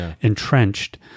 entrenched